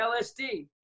LSD